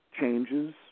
changes